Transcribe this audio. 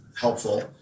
helpful